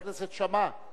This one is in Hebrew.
חבר הכנסת שאמה,